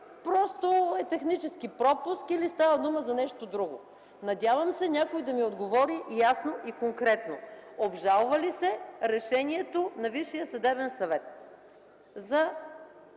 просто е технически пропуск, или става дума за нещо друго. Надявам се някой да ми отговори ясно и конкретно, обжалва ли се решението на Висшия съдебен съвет